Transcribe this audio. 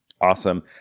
Awesome